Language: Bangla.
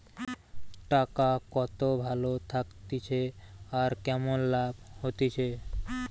টাকা কত ভালো থাকতিছে আর কেমন লাভ হতিছে